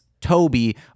Toby